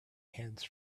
hands